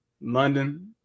London